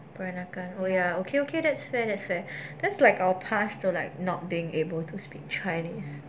peranakan oh ya okay okay that's fair that's fair that's like our path to like not being able to speak chinese